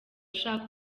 ashaka